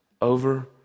over